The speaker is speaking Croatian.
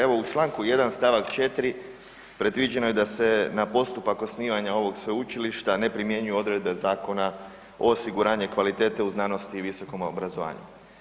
Evo u čl. 1. st. 4. predviđeno je da se na postupak osnivanja ovog sveučilišta ne primjenjuju odredbe Zakona o osiguranju kvalitete u znanosti i visokom obrazovanju.